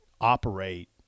operate